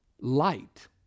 light